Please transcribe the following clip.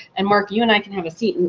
and marc, you and i can have a seat, and